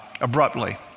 abruptly